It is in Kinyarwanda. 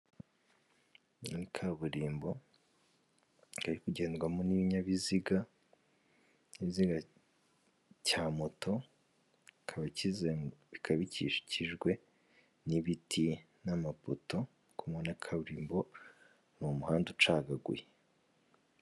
Iyi ni kaburimbo iri kugendwamo n'ibinyabiziga, ikinyabiziga cya moto, kikaba bikabikikijwe n'ibiti n'amapoto, uko mubona kaburimbo ni umuhanda ucagaguye.